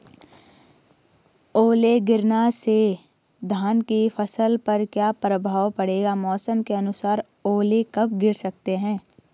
ओले गिरना से धान की फसल पर क्या प्रभाव पड़ेगा मौसम के अनुसार ओले कब गिर सकते हैं?